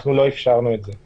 אנחנו לא אפשרנו את זה.